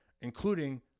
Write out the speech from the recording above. including